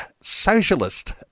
socialist